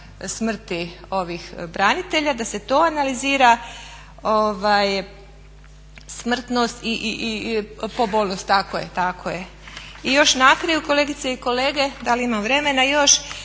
smrti ovih branitelja, da se to analizira smrtnost i pobolnost, tako je. I još na kraju kolegice i kolege, da li imam vremena još,